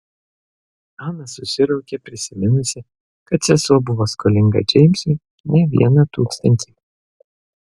ana susiraukė prisiminusi kad sesuo buvo skolinga džeimsui ne vieną tūkstantį